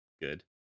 good